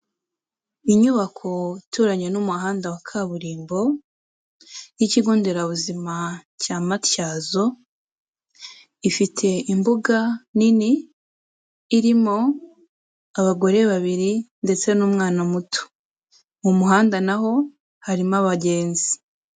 Inyubako ituranye n'umuhanda wa kaburimbo y'ikigo nderabuzima cya Matyazo, ifite imbuga nini irimo abagore babiri ndetse n'umwana muto. Mu muhanda na ho harimo abagenzi.